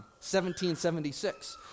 1776